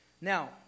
Now